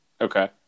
Okay